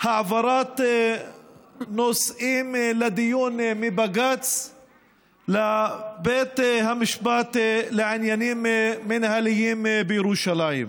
העברת נושאים לדיון מבג"ץ לבית המשפט לעניינים מינהליים בירושלים.